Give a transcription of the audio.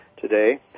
today